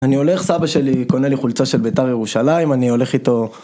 אני הולך, סבא שלי קונה לי חולצה של ביתר ירושלים, אני הולך איתו...